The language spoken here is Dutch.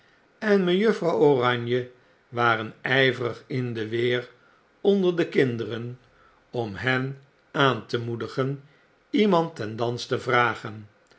en mejuffrouw oranje wareagverig in de weer onder de kinderen om hen aan te moedigen iemand ten dans te vragen